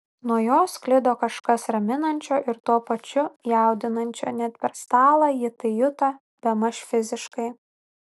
nuo jo sklido kažkas raminančio ir tuo pačiu jaudinančio net per stalą ji tai juto bemaž fiziškai